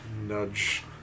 nudge